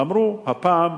אמרו: הפעם,